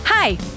Hi